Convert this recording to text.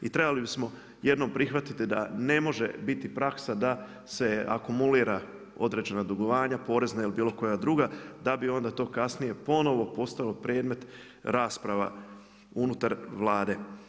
I trebali bismo jednom prihvatiti da ne može biti praksa da se akumulira određena dugovanja, porezna ili bilo koja druga, da bi onda to kasnije ponovno postalo predmet rasprava unutar Vlade.